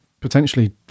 potentially